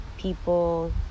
people